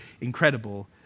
incredible